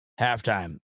halftime